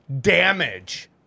damage